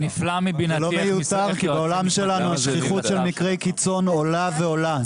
זה לא מיותר כי בעולם שלנו השכיחות של מקרי קיצון עולה ועולה.